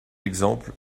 exemples